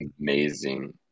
amazing